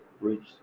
reached